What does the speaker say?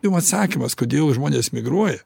jum atsakymas kodėl žmonės migruoja